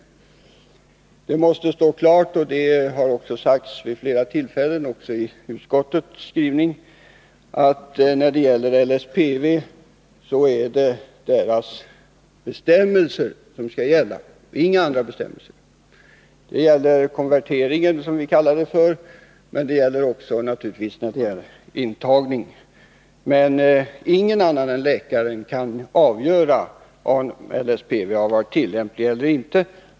Att det måste stå klart har vid flera tillfällen tydligt utsagts i utskottets skrivning. När det gäller LSPV är det läkarnas bestämmelser som skall gälla och inga andra bestämmelser. Det gäller det vi kallar konverteringen, men det gäller naturligtvis också intagningen. Men ingen annan än läkaren kan avgöra om LSPV har varit tillämplig eller inte.